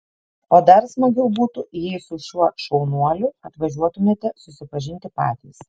o dar smagiau būtų jei su šiuo šaunuoliu atvažiuotumėte susipažinti patys